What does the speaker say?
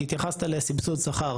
כי התייחסת לסבסוד שכר,